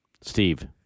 Steve